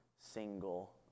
single